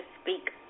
speak